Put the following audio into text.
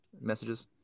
messages